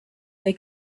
they